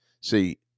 See